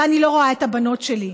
ואני לא רואה את הבנות שלי.